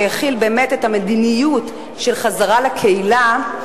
שהחיל באמת את המדיניות של חזרה לקהילה,